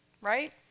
right